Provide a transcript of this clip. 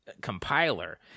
compiler